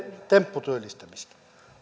tempputyöllistämistä